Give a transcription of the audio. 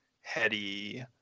heady